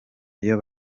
iyo